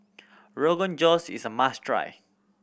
Rogan Josh is a must try